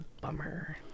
bummer